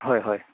হয় হয়